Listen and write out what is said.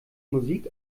musik